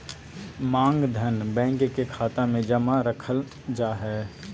मांग धन, बैंक के खाता मे जमा रखल जा हय